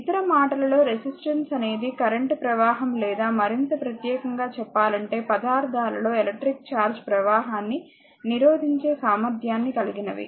ఇతర మాటలలో రెసిస్టెన్స్ అనేది కరెంట్ ప్రవాహం లేదా మరింత ప్రత్యేకంగా చెప్పాలంటే పదార్థాలలో ఎలక్ట్రిక్ చార్జ్ ప్రవాహాన్ని నిరోధించే సామర్థ్యాన్ని కలిగినవి